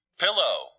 pillow